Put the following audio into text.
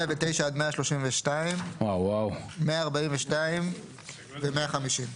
109 עד 132, 142 ו-150.